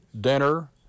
dinner